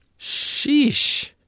Sheesh